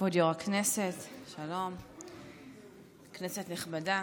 כבוד יו"ר הכנסת, שלום, כנסת נכבדה,